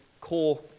core